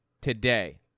today